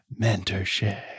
Mentorship